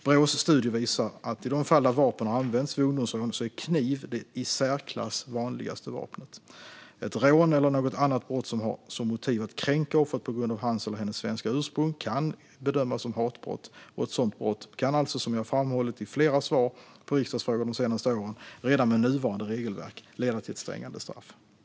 Brås studie visar att i de fall där vapen har använts vid ungdomsrån är kniv det i särklass vanligaste vapnet. Ett rån eller något annat brott som har som motiv att kränka offret på grund av hans eller hennes svenska ursprung kan bedömas som hatbrott. Ett sådant brott kan alltså, som jag framhållit i flera svar på riksdagsfrågor de senaste åren, redan med nuvarande regelverk leda till ett strängare straff.